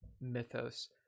mythos